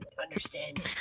understand